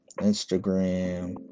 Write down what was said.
Instagram